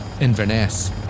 Inverness